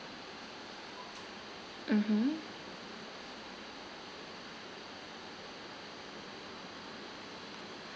mmhmm